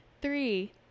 Three